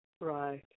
Right